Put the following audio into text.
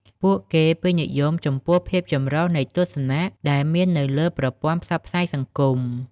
ពួកគេពេញចិត្តចំពោះភាពចម្រុះនៃទស្សនៈដែលមាននៅលើប្រព័ន្ធផ្សព្វផ្សាយសង្គម។